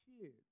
kids